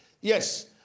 Yes